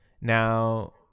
Now